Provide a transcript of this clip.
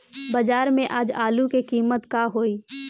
बाजार में आज आलू के कीमत का होई?